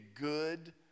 good